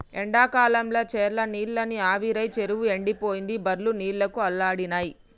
ఎండాకాలంల చెర్ల నీళ్లన్నీ ఆవిరై చెరువు ఎండిపోయింది బర్లు నీళ్లకు అల్లాడినై